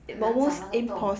很难找那个洞